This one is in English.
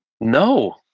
No